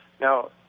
Now